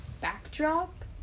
backdrop